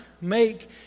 make